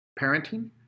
parenting